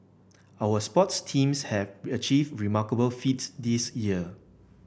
our sports teams have achieved remarkable feats this year